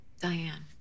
Diane